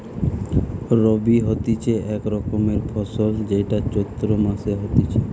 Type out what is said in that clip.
রবি হতিছে এক রকমের ফসল যেইটা চৈত্র মাসে হতিছে